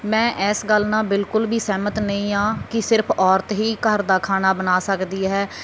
ਮੈਂ ਇਸ ਗੱਲ ਨਾਲ ਬਿਲਕੁਲ ਵੀ ਸਹਿਮਤ ਨਹੀਂ ਹਾਂ ਕਿ ਸਿਰਫ ਔਰਤ ਹੀ ਘਰ ਦਾ ਖਾਣਾ ਬਣਾ ਸਕਦੀ ਹੈ